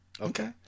Okay